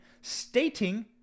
stating